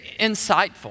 insightful